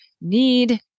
need